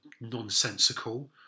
nonsensical